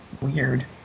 weird